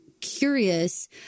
curious